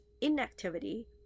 inactivity